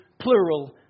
plural